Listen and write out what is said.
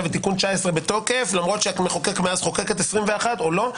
תיקון 19 בתוקף למרות שהמחוקק מאז חוקק את 21 או לא.